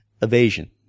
evasion